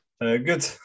Good